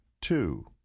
Two